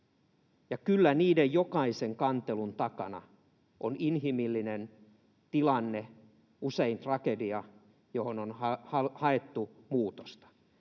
kyllä niistä jokaisen kantelun takana on inhimillinen tilanne, usein tragedia, johon on haettu muutosta